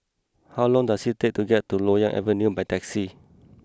how long does it take to get to Loyang Avenue by taxi